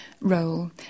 role